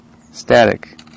Static